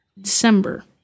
December